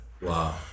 wow